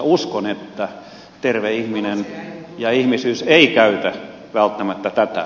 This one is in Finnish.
uskon että terve ihminen ja ihmisyys eivät käytä välttämättä tätä